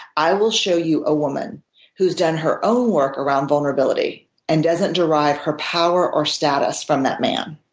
i will show you a woman who's done her own work around vulnerability and doesn't derive her power or status from that man.